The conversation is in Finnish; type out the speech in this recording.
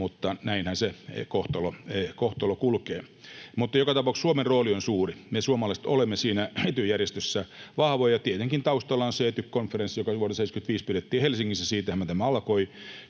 Mutta näinhän se kohtalo kulkee. Joka tapauksessa Suomen rooli on suuri. Me suomalaiset olemme Etyj-järjestössä vahvoja. Tietenkin taustalla on se Etyk-konferenssi, joka vuonna 75 pidettiin Helsingissä. Siitähän tämä alkoi.